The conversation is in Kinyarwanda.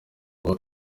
roi